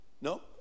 No